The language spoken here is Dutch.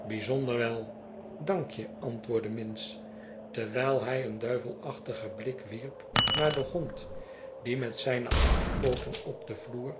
bijzonder wel dank je antwoordde minns terwijl hij een duivelachtigen blik wierp naar den hond die met zijne achterpooten op den vloer